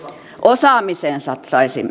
osaamiseen satsaisimme